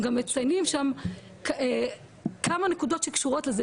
הם גם מציינים שם כמה נקודות שקשורות לזה.